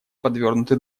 подвёрнуты